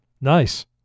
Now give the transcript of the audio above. Nice